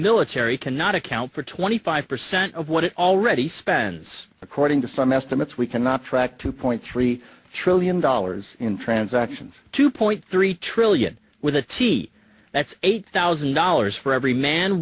military cannot account for twenty five percent of what it already spends according to some estimates we cannot track two point three trillion dollars in transaction two point three trillion with a t that's eight thousand dollars for every man